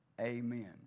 Amen